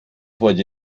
wollte